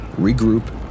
regroup